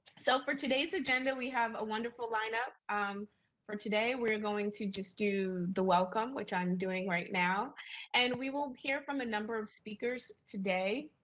so, for today's agenda we have a wonderful lineup um for today. we're going to just do the welcome, which i'm doing right now and we will hear from a number of speakers today.